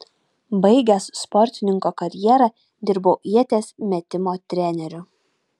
baigęs sportininko karjerą dirbau ieties metimo treneriu